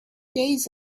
days